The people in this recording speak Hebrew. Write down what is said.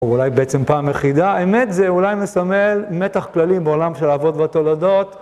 או אולי בעצם פעם היחידה, אמת זה אולי מסמל מתח כללי בעולם של אבות ותולדות.